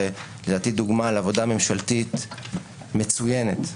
לדעתי, זו דוגמה לעבודה ממשלתית מצוינת.